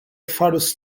farus